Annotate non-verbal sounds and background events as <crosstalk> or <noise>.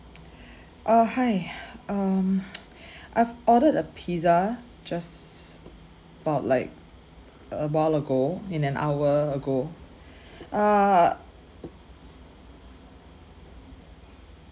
uh hi <breath> um <noise> I've ordered a pizza just about like awhile ago in an hour ago err